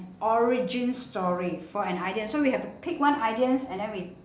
origin story for an idiom so we have to pick one idioms and then we